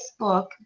Facebook